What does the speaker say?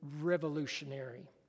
revolutionary